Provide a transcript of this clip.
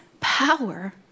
power